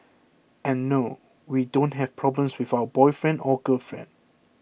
and no we don't have problems with our boyfriend or girlfriend